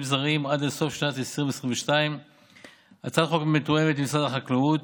זרים עד לסוף שנת 2022. הצעת החוק מתואמת עם משרד החקלאות,